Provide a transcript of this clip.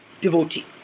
devotee